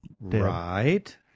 Right